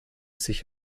sich